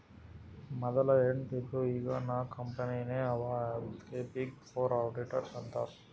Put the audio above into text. ಮದಲ ಎಂಟ್ ಇದ್ದು ಈಗ್ ನಾಕ್ ಕಂಪನಿನೇ ಅವಾ ಅದ್ಕೆ ಬಿಗ್ ಫೋರ್ ಅಡಿಟರ್ಸ್ ಅಂತಾರ್